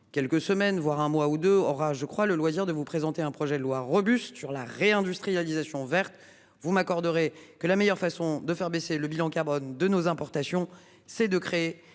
quelques semaines voire un mois ou 2 orages je crois le loisir de vous présenter un projet de loi robuste sur la réindustrialisation verte vous m'accorderez que la meilleure façon de faire baisser le bilan carbone de nos importations, c'est de créer